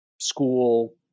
school